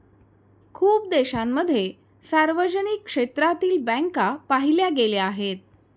खूप देशांमध्ये सार्वजनिक क्षेत्रातील बँका पाहिल्या गेल्या आहेत